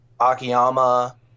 Akiyama